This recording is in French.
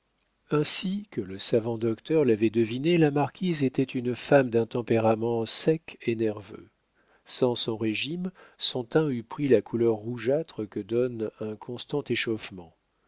ainsi que le savant docteur l'avait deviné la marquise était une femme d'un tempérament sec et nerveux sans son régime son teint eût pris la couleur rougeâtre que donne un constant échauffement